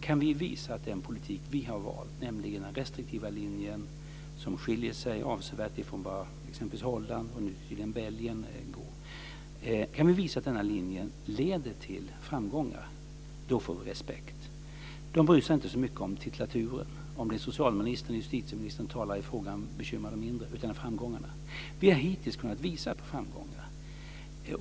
Kan vi visa att den politik vi har valt, nämligen den restriktiva linje som skiljer sig avsevärt från vad t.ex. Holland och, tydligen också, Belgien valt, leder till framgångar får vi respekt. De bryr sig inte så mycket om titulaturen. Om det är socialministern eller justitieministern som talar i frågan bekymrar dem mindre, utan det är fråga om framgångarna. Vi har hittills kunnat visa på framgångar.